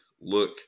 look